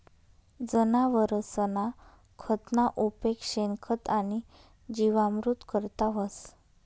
जनावरसना खतना उपेग शेणखत आणि जीवामृत करता व्हस